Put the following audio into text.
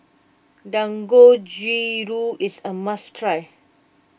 Dangojiru is a must try